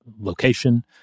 location